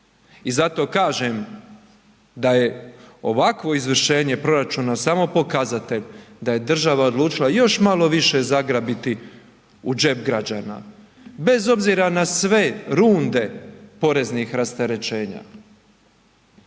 I zato kaže da je ovakvo izvršenje proračuna samo pokazatelj da je država odlučila još malo više zagrabiti u džep građana, bez obzira na sve runde poreznih rasterećenja.